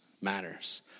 matters